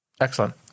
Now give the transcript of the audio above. Excellent